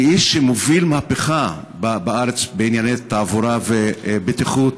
כאיש שמוביל מהפכה בארץ בענייני תעבורה ובטיחות,